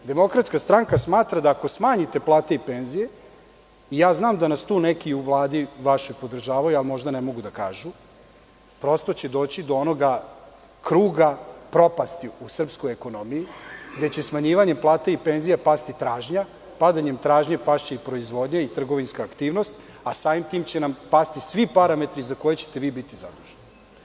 Demokratska stranka smatra da ako smanjite plate i penzije, ja znam da nas neki tu u Vladi vaši podržavaju, ali možda ne mogu da kažu, prosto će doći do onoga kruga propasti u srpskoj ekonomiji gde će smanjivanje plata i penzija pasti tražnja, padanjem tražnje pašće i proizvodnja i trgovinska aktivnosti, a samim tim će nam pasti svi parametri za koje ćete vi biti zaduženi.